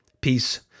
peace